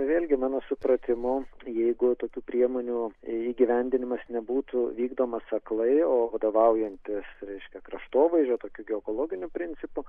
vėlgi mano supratimu jeigu tokių priemonių įgyvendinimas nebūtų vykdomas aklai o vadovaujantis reiškia kraštovaizdžio tokiu geokologiniu principu